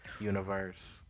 universe